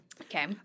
Okay